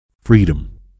Freedom